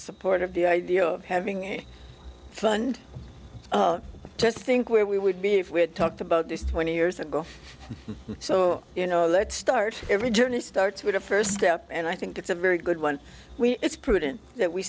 support of the idea of having a fund just think where we would be if we had talked about this twenty years ago so you know let's start every journey starts with a first step and i think it's a very good one it's prudent that we